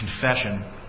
confession